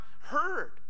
heard